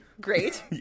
Great